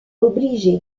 obligé